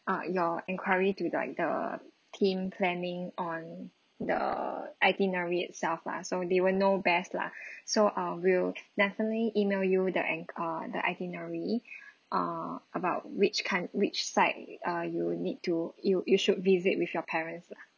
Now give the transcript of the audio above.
uh your enquiry to like the team planning on the itinerary itself lah so they will know best lah so err we'll definitely email you the en~ uh the itinerary err about which count~ which side err you need to you you should visit with your parents lah